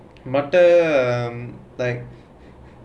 மத்த:maththa um like